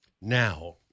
Now